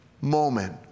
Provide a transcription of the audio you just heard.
moment